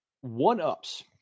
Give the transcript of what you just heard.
One-ups